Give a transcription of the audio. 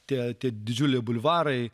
tie tie didžiulė bulvarai